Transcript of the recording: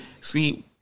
See